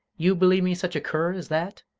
you believe me such a cur as that?